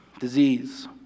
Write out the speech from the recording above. disease